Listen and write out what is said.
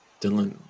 Dylan